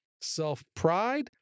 self-pride